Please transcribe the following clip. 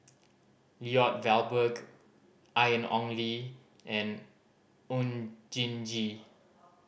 Lloyd Valberg Ian Ong Li and Oon Jin Gee